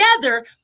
together